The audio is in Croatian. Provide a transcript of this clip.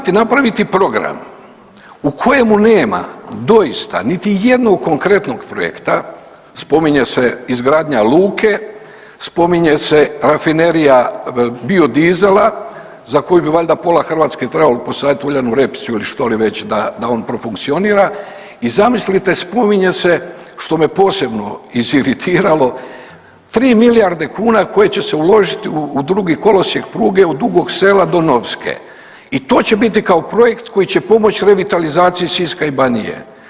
Imate napraviti program u kojemu nema doista niti jednog konkretnog projekta, spominje se izgradnja luke, spominje se rafinerija biodizela za koju bi valjda pola Hrvatske trebalo posaditi uljanu repicu ili što li već da on profunkcionira i zamislite spominje se što me posebno iziritiralo 3 milijarde kuna koji će se uložiti drugi kolosijek pruge od Dugog Sela do Novske i to će biti kao projekt koji će pomoći revitalizaciji Siska i Banije.